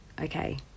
Okay